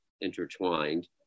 intertwined